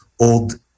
old